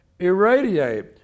irradiate